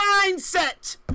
mindset